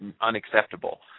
unacceptable